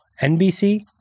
NBC